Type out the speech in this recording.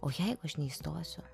o jeigu aš neįstosiu